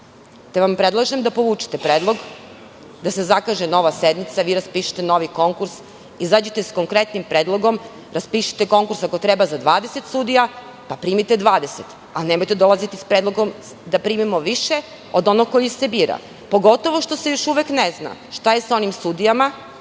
te vam predlažem da povučete predlog, da se zakaže nova sednica. Vi raspišite novi konkurs, izađite sa konkretnim predlogom. Raspišite konkurs ako treba za 20 sudija, pa primite 20, a nemojte dolaziti s predlogom da primimo više od onog koji se bira, pogotovo što se još uvek ne zna šta je sa onim sudijama,